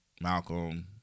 Malcolm